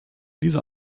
dieser